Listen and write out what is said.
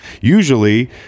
Usually